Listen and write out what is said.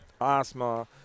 asthma